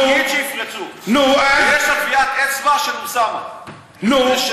נגיד שיפרצו, יש שם טביעת אצבע של אוסאמה, נו?